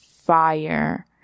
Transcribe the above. fire